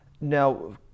Now